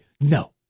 no